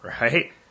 right